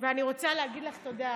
ואני רוצה להגיד לך תודה